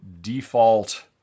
default